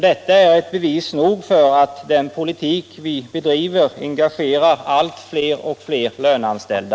Detta är bevis nog på att den politik vi bedriver engagerar allt flera löneanställda.